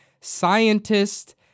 scientist